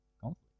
Conflict